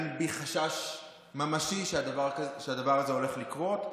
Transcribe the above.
בי חשש ממשי שהדבר הזה הולך לקרות.